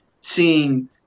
seeing